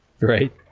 right